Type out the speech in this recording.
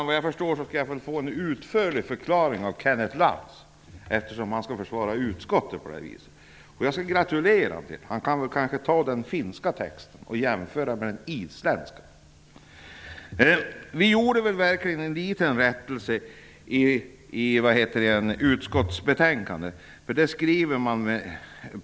Såvitt jag förstår skall jag få en utförlig förklaring av Kenneth Lantz, eftersom han försvarar utskottet. Jag gratulerar honom. Han kanske kan ta den finska texten och jämföra med den isländska. Vi gjorde verkligen en liten rättelse i utskottsbetänkandet.